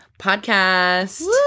podcast